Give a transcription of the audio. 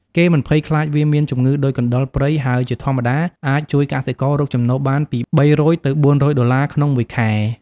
គេមិនភ័យខ្លាចវាមានជំងឹដូចកណ្តុរព្រៃ ហើយជាធម្មតាអាចជួយកសិកររកចំណូលបានពី ៣០០ ទៅ ៤០០ដុល្លារ ក្នុងមួយខែ។